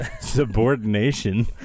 Subordination